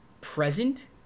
present